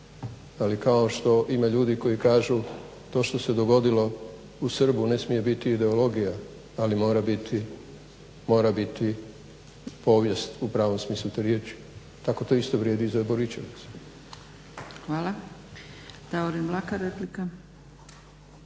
ali kao što ima ljudi koji kažu to što se dogodilo u Srbu ne smije biti ideologija ali mora biti povijest u pravom smislu te riječi. Tako to isto vrijedi i za Borićevac. **Zgrebec, Dragica